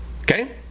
Okay